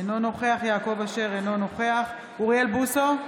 אינו נוכח יעקב אשר, אינו נוכח אוריאל בוסו,